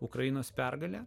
ukrainos pergalė